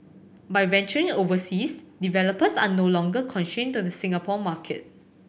by venturing overseas developers are no longer constrained to the Singapore market